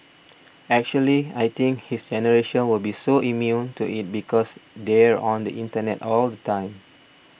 actually I think his generation will be so immune to it because they are on the internet all the time